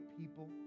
people